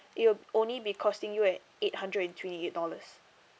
it will only be costing you at eight hundred and twenty eight dollars